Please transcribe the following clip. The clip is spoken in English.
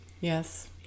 yes